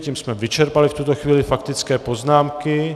Tím jsme vyčerpali v tuto chvíli faktické poznámky.